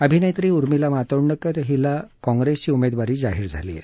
अभिनेत्री उर्मिला मातोंडकर हिला कॉंप्रेसची उमेदवारी जाहीर झाली आहे